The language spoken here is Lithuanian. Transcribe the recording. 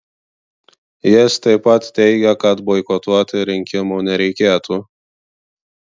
jis taip pat teigė kad boikotuoti rinkimų nereikėtų